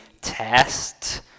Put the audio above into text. test